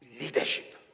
leadership